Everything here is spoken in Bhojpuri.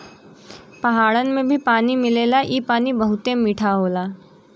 पहाड़न में भी पानी मिलेला इ पानी बहुते मीठा होला